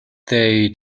they